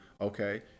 okay